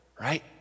right